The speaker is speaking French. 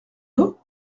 dos